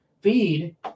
feed